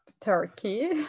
Turkey